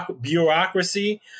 bureaucracy